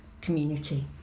community